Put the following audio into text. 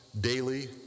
daily